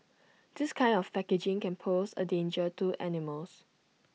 this kind of packaging can pose A danger to animals